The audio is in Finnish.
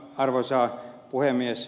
arvoisa puhemies